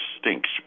stinks